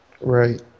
Right